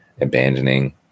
abandoning